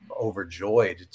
overjoyed